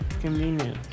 convenient